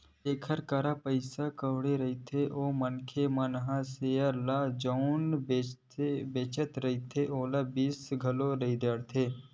जेखर करा पइसा कउड़ी रहिथे ओ मनखे मन ह सेयर ल जउन बेंचत रहिथे ओला बिसा घलो डरथे